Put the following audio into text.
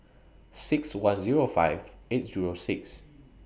six one Zero five eight Zero six